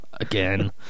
again